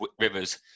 Rivers